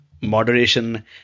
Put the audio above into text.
moderation